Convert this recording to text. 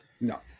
No